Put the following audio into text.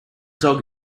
dog